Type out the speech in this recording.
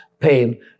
Pain